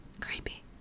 Creepy